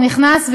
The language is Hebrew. הוא נכנס,